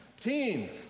teens